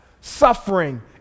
suffering